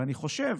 ואני חושב,